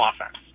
offense